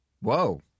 Whoa